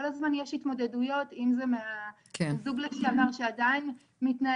כל הזמן יש לך התמודדויות אם זה מהבן זוג לשעבר שעדיין מתנהג